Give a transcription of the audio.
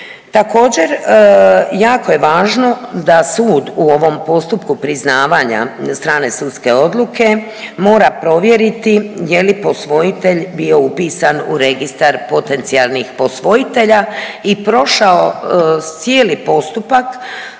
Također jako je važno da sud u ovom postupku priznavanja strane sudske odluke mora provjeriti je li posvojitelj bio upisan u registar potencijalnih posvojitelja i prošao cijeli postupak